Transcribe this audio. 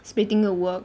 splitting a work